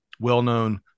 well-known